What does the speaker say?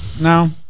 No